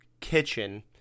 kitchen